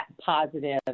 positive